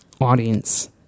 audience